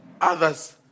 Others